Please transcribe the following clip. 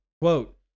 Quote